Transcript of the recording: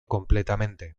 completamente